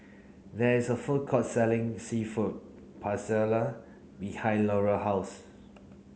there is a food court selling Seafood Paella behind Larae house